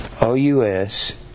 O-U-S